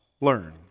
learn